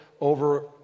over